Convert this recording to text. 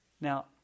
Now